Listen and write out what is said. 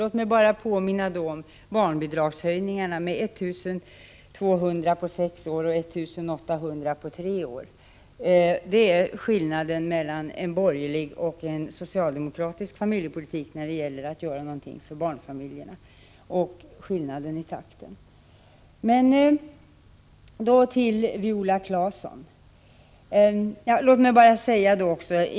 Låt mig bara påminna om barnbidragshöjningarna med 1 200 kr. på sex år och 1 800 kr. på tre år. Det är skillnaden mellan en borgerlig och en socialdemokratisk familjepolitik när det gäller att göra någonting för barnfamiljerna och när det gäller takten.